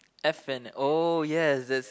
F and~ oh yes that's